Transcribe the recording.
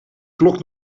klok